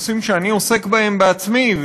נושאים שאני עוסק בהם בעצמי,